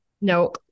no